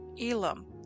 Elam